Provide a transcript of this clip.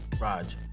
Raj